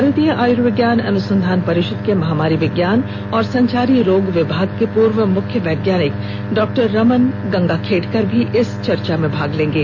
भारतीय आयुर्विज्ञान अनुसंधान परिषद के महामारी विज्ञान और संचारी रोग विभाग के पूर्व मुख्य वैज्ञानिक डॉक्टर रमन गंगाखेडकर भी इस चर्चा में भाग लेंगे